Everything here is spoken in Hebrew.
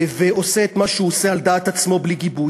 ועושה את מה שהוא עושה על דעת עצמו בלי גיבוי,